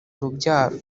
urubyaro